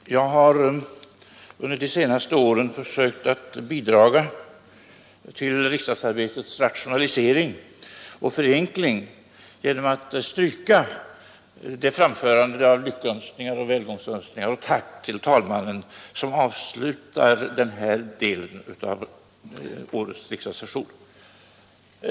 Herr talman! Jag har under de senaste åren försökt bidra till riksdagsarbetets rationalisering och förenkling genom att stryka det framförande av lyckönskningar och välgångsönskningar och tack till talmannen som avslutar den här delen av årets riksdagsession.